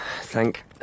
Thank